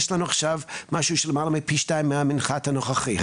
יש לנו עכשיו משהו שהוא למעלה מפי שתיים מהמנחת הנוכחי.